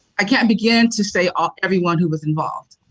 i can't begin to say ah everyone who was involved.